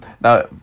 Now